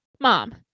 mom